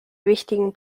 wichtigen